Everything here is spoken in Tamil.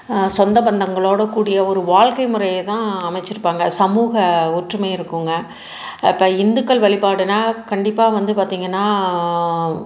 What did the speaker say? சொந்த பந்தங்களோட கூடிய ஒரு வாழ்கை முறைய தான் அமைச்சிருப்பாங்க சமூக ஒற்றுமை இருக்கும்ங்க இப்போ இந்துக்கள் வழிப்பாடுனால் கண்டிப்பாக வந்து பார்த்திங்கனா